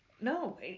No